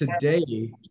today